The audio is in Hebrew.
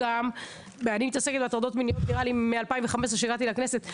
אני מתעסקת עם הטרדות מיניות מאז שהגעתי לכנסת ב-2015.